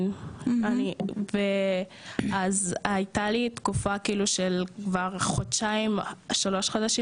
כן ואז הייתה לי תקופה של כבר חודשיים-שלושה חודשים